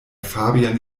fabian